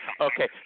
Okay